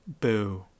boo